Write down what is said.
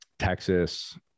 Texas